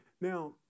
now